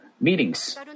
meetings